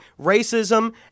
racism